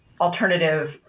alternative